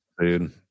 dude